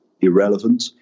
irrelevant